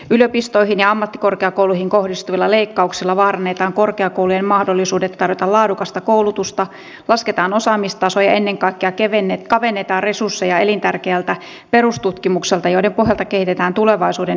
yliopistoihin ja ammattikorkeakouluihin kohdistuvilla leikkauksilla vaarannetaan korkeakoulujen mahdollisuudet tarjota laadukasta koulutusta lasketaan osaamistasoa ja ennen kaikkea kavennetaan resursseja elintärkeältä perustutkimukselta jonka pohjalta kehitetään tulevaisuuden innovaatioita